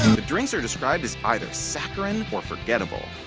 the drinks are described as either saccharine or forgettable.